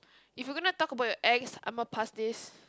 if you gonna talk about your ex Imma pass this